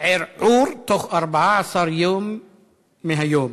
ערעור תוך 14 יום מהיום.